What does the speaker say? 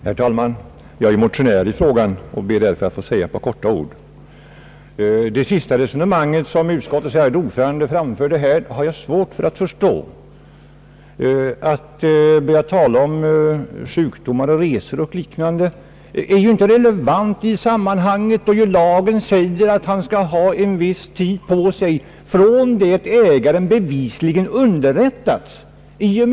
Herr talman! Jag är motionär i frågan och ber därför att få säga några ord. Det resonemang som utskottets ärade ordförande förde har jag svårt att förstå. Att tala om sjukdomar och resor och liknande är ju inte relevant i sammanhanget, då lagen säger att ägaren skall ha en viss tid på sig från det han bevisligen underrättats.